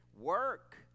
work